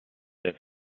der